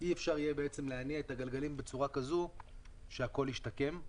אי-אפשר יהיה להניע את הגלגלים בצורה כזאת שהכול ישתקם.